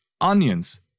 onions